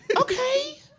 Okay